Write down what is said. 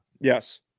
Yes